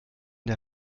der